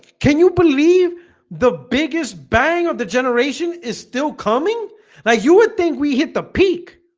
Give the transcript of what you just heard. can you believe the biggest bang of the generation is still coming like you would think we hit the peak?